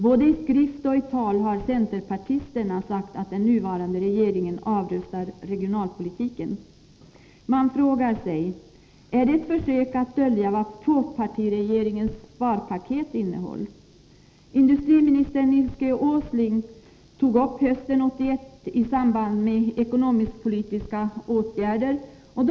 Både i skrift och i tal har centerpartisterna sagt att den nuvarande regeringen avrustar regionalpolitiken. Man frågar sig: Är det ett försök att dölja vad tvåpartiregeringens sparpaket innehöll? Industriminister Nils G. Åsling tog upp frågan hösten 1981, i samband med de ekonomisk-politiska åtgärderna.